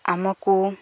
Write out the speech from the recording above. ଆମକୁ